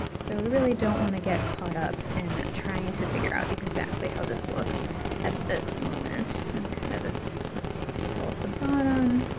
so don't want to get caught up in trying to figure out exactly how this looks at this moment. and kind of this petal at the bottom,